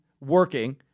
working